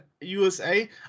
USA